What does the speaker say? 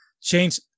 change